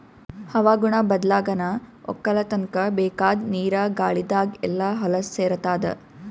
ಹವಾಗುಣ ಬದ್ಲಾಗನಾ ವಕ್ಕಲತನ್ಕ ಬೇಕಾದ್ ನೀರ ಗಾಳಿದಾಗ್ ಎಲ್ಲಾ ಹೊಲಸ್ ಸೇರತಾದ